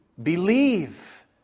Believe